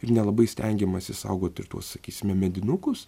ir nelabai stengiamasi saugot ir tuos sakysime medinukus